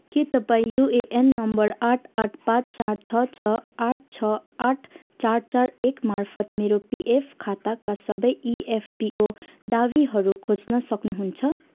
के तपाईँँ UAN number आठ आठ पाँच चार छ छ आठ छ आठ चार चार एक मार्फत मेरो पिएफ खाताका सबै इएफपिओ दावीहरू खोज्न सक्नुहुन्छ